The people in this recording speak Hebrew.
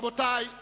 המנהלים את הישיבה,